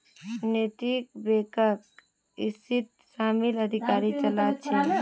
नैतिक बैकक इसीत शामिल अधिकारी चला छे